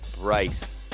Bryce